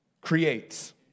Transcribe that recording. creates